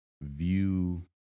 view